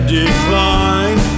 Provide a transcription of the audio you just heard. decline